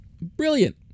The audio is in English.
brilliant